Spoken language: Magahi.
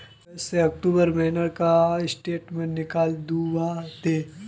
अगस्त से अक्टूबर महीना का स्टेटमेंट निकाल दहु ते?